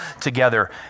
together